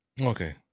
Okay